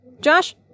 Josh